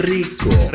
Rico